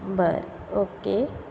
बरें ओके